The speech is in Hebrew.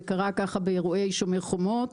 וקרה כך באירועי שומר חומות.